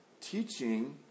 teaching